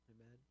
Amen